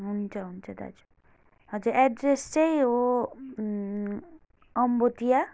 हुन्छ हुन्छ दाजु हजुर एड्रेस चाहिँ हो अम्बोटिया